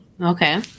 okay